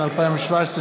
התשע"ז 2017,